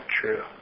true